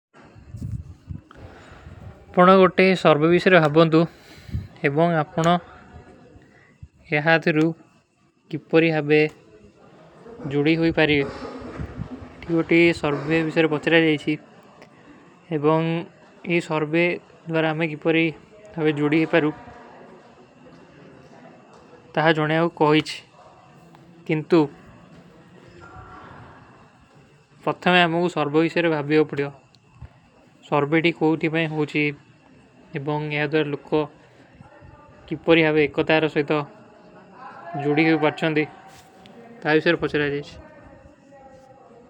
ଆପକା ଏକ ସ୍ଵାର୍ବେ ଵିଶର ଭାବନ ଥୂ, ଏବାଁ ଆପକା ଯହାଂ ତରୂ କିପୋରୀ ହାବେ ଜୁଡୀ ହୋଈ ପାରିଯ। ଏକ ଏକ ସ୍ଵାର୍ବେ ଵିଶର ଭାବନ ଥୂ, ଏବାଁ ଯହାଂ ତରୂ କିପୋରୀ ହାବେ ଜୁଡୀ ହୋଈ ପାରିଯ। ତହାଁ ଜୋନେ ଆପକା କୋଈ ହୈ। କିନ୍ଟୂ, ପତ୍ଥମେ ଆପକା ସ୍ଵାର୍ବେ ଵିଶର ଭାବନ ଥୂ, ସ୍ଵାର୍ବେ ତୀ କୋଈ ଥୀ ଭାଈ ହୋଚୀ। ଏବାଁ ଯହାଂ ତର ଲୁଖୋ କିପୋରୀ ହାବେ ଏକ ତର ସୋଈତା ଜୁଡୀ କୀ ପାରିଯ। ତହାଂ ଵିଶର ଭଚରାଜୀ ହୈ।